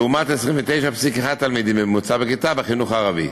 לעומת 29.1 תלמידים בממוצע בכיתה בחינוך הערבי.